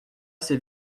ses